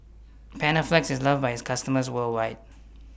Panaflex IS loved By its customers worldwide